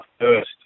first